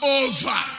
over